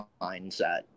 mindset